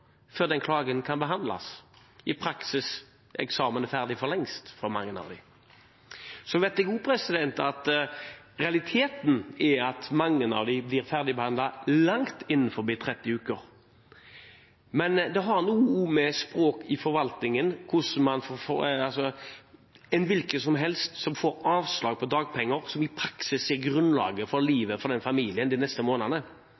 før den klagen kan behandles! I praksis er da eksamen ferdig for lengst for mange av dem. Så vet jeg også at realiteten er at mange av klagene blir ferdigbehandlet langt innenfor 30 uker. Men det har også noe å gjøre med språk i forvaltningen: Hvem som helst som får avslag på dagpenger, som i praksis er grunnlaget for livet til den familien de neste månedene,